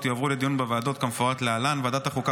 יועברו לדיון בוועדות כמפורט להלן: ועדת החוקה,